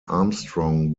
armstrong